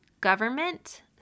government